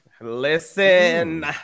listen